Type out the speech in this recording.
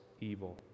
evil